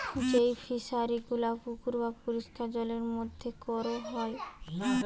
যেই ফিশারি গুলা পুকুর বা পরিষ্কার জলের মধ্যে কোরা হয়